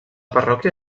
parròquia